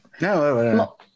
No